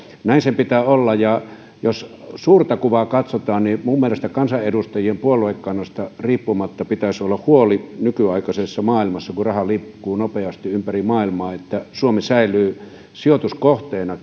näin sen pitää olla jos suurta kuvaa katsotaan niin minun mielestäni kansanedustajilla puoluekannasta riippumatta pitäisi olla huoli nykyaikaisessa maailmassa kun raha liikkuu nopeasti ympäri maailmaa siitä että suomi säilyy kilpailukykyisenä sijoituskohteena